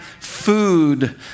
food